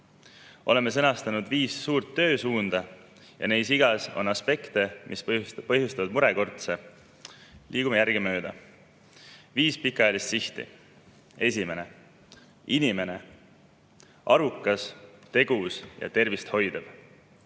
Oleme sõnastanud viis suurt töösuunda ja neist igaühes on aspekte, mis põhjustavad murekortse. Liigume järgemööda. On viis pikaajalist sihti. Esimene: inimene – arukas, tegus ja tervist hoidev.